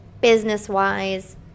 business-wise